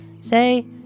say